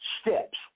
steps